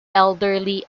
elderly